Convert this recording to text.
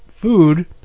food